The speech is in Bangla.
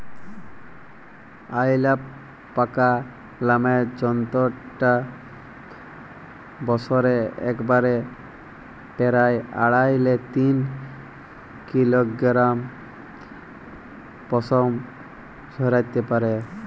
অয়ালাপাকা নামের জন্তুটা বসরে একবারে পেরায় আঢ়াই লে তিন কিলগরাম পসম ঝরাত্যে পারে